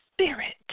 spirit